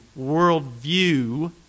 worldview